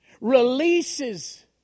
releases